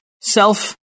Self